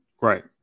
Right